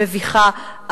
המביכה,